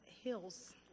hills